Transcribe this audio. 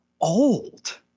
old